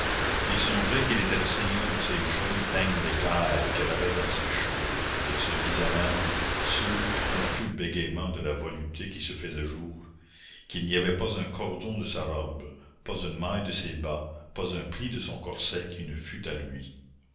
il songeait qu'il était le seigneur de ces jolis peignes d'écaille qu'elle avait dans ses cheveux et il se disait même sourds et confus bégayements de la volupté qui se faisait jour qu'il n'y avait pas un cordon de sa robe pas une maille de ses bas pas un pli de son corset qui ne fût à lui